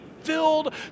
filled